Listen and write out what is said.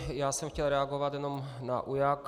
Já jsem chtěl reagovat jenom na UJAK.